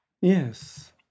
Yes